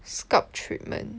scalp treatment